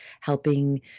helping